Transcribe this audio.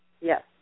Yes